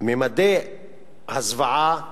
ממדי הזוועה